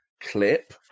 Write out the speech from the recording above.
clip